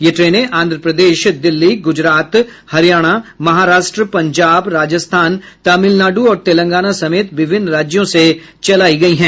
ये ट्रेने आंध्र प्रदेश दिल्ली गुजरात हरियाणा महाराष्ट्र पंजाब राजस्थान तमिलनाडु और तेलंगाना समेत विभिन्न राज्यों से चलायी गयी हैं